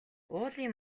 уулын